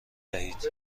دهید